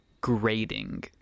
grading